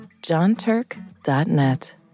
johnturk.net